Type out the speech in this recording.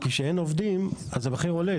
--- כי כשאין עובדים אז המחיר עולה,